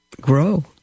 grow